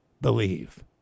believe